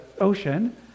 ocean